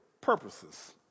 purposes